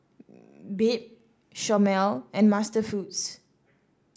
Bebe Chomel and MasterFoods